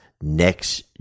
next